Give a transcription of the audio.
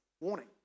warning